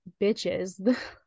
bitches